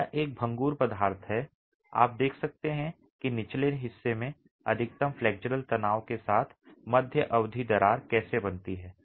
यह एक भंगुर पदार्थ है और आप देख सकते हैं कि निचले हिस्से में अधिकतम फ्लेक्सुरल तनाव के साथ मध्य अवधि दरार कैसे बनती है